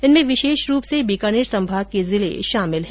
इनमें विशेष रूप से बीकानेर संभाग के जिले शामिल है